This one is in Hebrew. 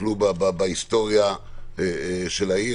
תסתכלו בהיסטוריה של העיר,